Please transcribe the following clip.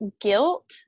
guilt